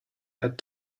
had